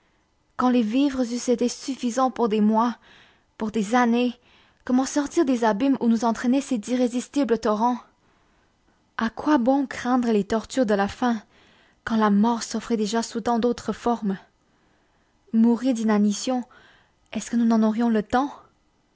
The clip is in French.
quand les vivres eussent été suffisants pour des mois pour des années comment sortir des abîmes où nous entraînait cet irrésistible torrent a quoi bon craindre les tortures de la faim quand la mort s'offrait déjà sous tant d'autres formes mourir d'inanition est-ce que nous en aurions le temps